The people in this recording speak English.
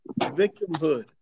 victimhood